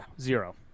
zero